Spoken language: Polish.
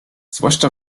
zwłaszcza